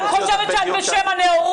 את אומרת שאת באה בשם הנאורות.